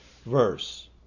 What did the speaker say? Verse